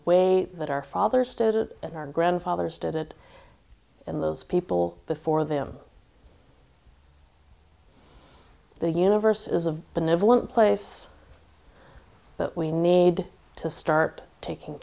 way that our fathers did it in our grandfathers did it in those people for them the universe is a benevolent place that we need to start taking